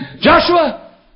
Joshua